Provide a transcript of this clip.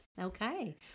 Okay